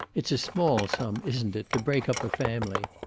it's a small sum, isn't it, to break up a family!